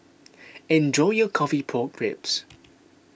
enjoy your Coffee Pork Ribs